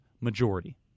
majority